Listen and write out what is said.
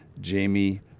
Jamie